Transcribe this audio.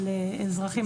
על אזרחים.